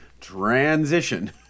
transition